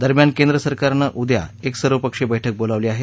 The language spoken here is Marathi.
दरम्यान केंद्र सरकारनं उद्या एक सर्वपक्षीय बैठक बोलावली आहे